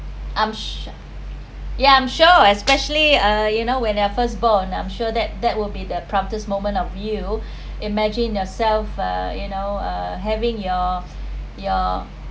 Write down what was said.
I’m s~ ya I’m sure especially uh you know when your first born I’m sure that that will be the proudest moment of you imagine yourself uh you know uh having your your